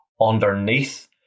underneath